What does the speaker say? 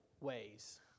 ways